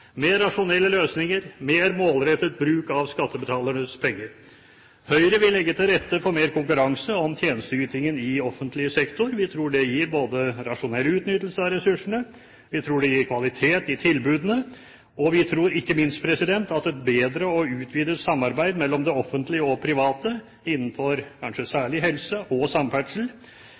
mer effektiv offentlig sektor, mer rasjonelle løsninger, mer målrettet bruk av skattebetalernes penger. Høyre vil legge til rette for mer konkurranse om tjenesteytingen i offentlig sektor. Vi tror det gir både rasjonell utnyttelse av ressursene og kvalitet i tilbudene, og vi tror ikke minst at et bedre og utvidet samarbeid mellom det offentlige og private innenfor kanskje særlig helse og samferdsel